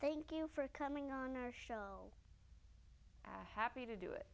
thank you for coming on our show happy to do it